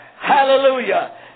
Hallelujah